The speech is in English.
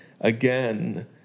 again